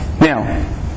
Now